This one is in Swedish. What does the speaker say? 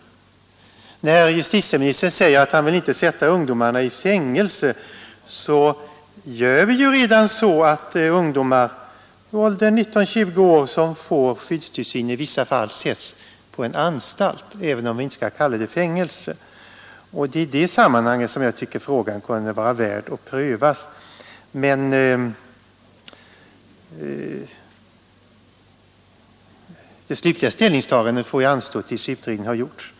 Fredagen den När justitieministern säger att han inte vill sätta ungdomarna i fängelse 1 juni 1973 måste jag påpeka att redan nu ungdomar i åldern 19—20 år som får skyddstillsyn i vissa fall sätts på en anstalt, även om vi inte skall kalla det Åtgärder Dr fängelse, och det är i detta sammanhang som jag tycker frågan kunde vara brottsligheten m.m. värd att prövas. Men det slutliga ställningstagandet får ju anstå tills utredning har gjorts.